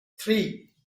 three